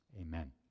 Amen